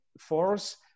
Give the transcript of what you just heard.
force